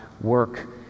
work